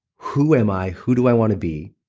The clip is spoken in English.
who am i, who do i want to be,